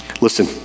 Listen